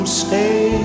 stay